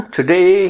Today